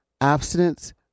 Abstinence